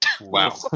Wow